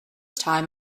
time